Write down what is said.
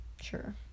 Sure